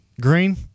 Green